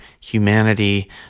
humanity